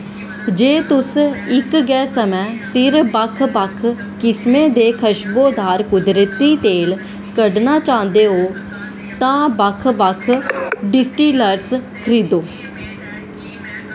जे तुस इक गै समें सिर बक्ख बक्ख किसमेंं दे खशबोदार कुदरती तेल कड्ढना चांह्दे हो तां बक्ख बक्ख डिस्टिलर्स खरीदो